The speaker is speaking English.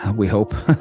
we hope